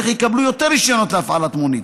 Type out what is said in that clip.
כך יקבלו יותר רישיונות להפעלת מונית,